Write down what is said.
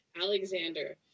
Alexander